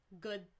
good